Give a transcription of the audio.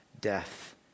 death